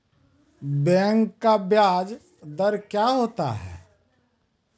Bank का ब्याज दर क्या होता हैं?